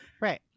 Right